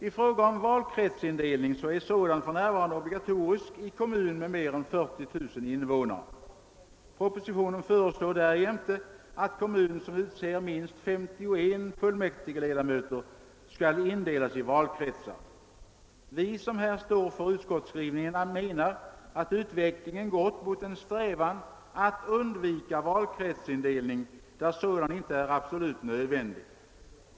I fråga om valkretsindelning är sådan för närvarande obligatorisk i kommun med mer än 40 000 invånare. Propositionen föreslår därjämte att kommun som utser minst 51 fullmäktigeledamö ter skall indelas i valkretsar. Vi som här står för utskottsskrivningen menar att utvecklingen gått mot en strävan att undvika valkretsindelning där sådan inte är absolut nödvändig.